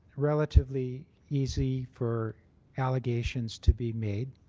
relatively easy for allegations to be made